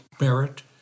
merit